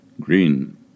Green